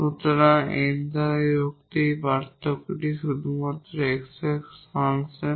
সুতরাং এই N দ্বারা বিভক্ত এই পার্থক্যটি শুধুমাত্র x এর একটি ফাংশন